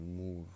move